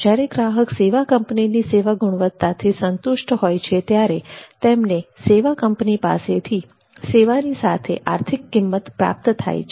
જ્યારે ગ્રાહક સેવા કંપનીની સેવા ગુણવત્તાથી સંતુષ્ટ હોય છે ત્યારે તેમને સેવા કંપની પાસેથી સેવાની સાથે આર્થિક કિંમત પ્રાપ્ત થાય છે